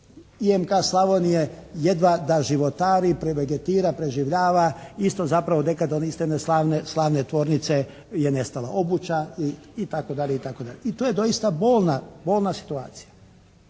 «IMK» Slavonije jedva da životari, vegetira, preživljava. Isto zapravo nekada od isto jedne slavne tvornice je nestala. «Obuća» i tako dalje i tako dalje. I to je doista bolna situacija.